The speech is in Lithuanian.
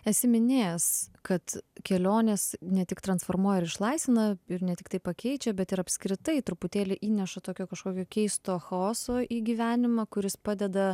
esi minėjęs kad kelionės ne tik transformuoja ir išlaisvina ir ne tiktai pakeičia bet ir apskritai truputėlį įneša tokio kažkokio keisto chaoso į gyvenimą kuris padeda